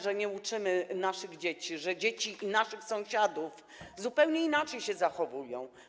Nienormalne, że nie uczymy naszych dzieci, że dzieci naszych sąsiadów zupełnie inaczej się zachowują.